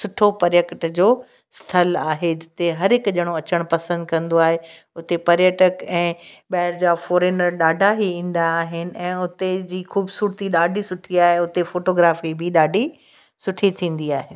सुठो पर्यकट जो स्थल आहे जिते हर हिकु ॼणो अचणु पसंदि कंदो आहे उते पर्यटक ऐं ॿाहिरि जा फ़ोरेनर ॾाढा ई ईंदा आहिनि ऐं उते जी ख़ूबसूरती ॾाढी सुठी आहे उते फ़ोटोग्राफ़ी बि ॾाढी सुठी थींदी आहे